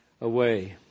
away